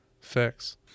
fix